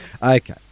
Okay